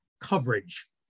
coverage